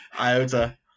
Iota